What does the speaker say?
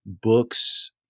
books